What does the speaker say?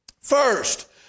First